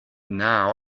now